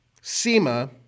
SEMA